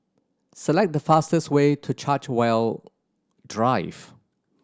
select the fastest way to Chartwell Drive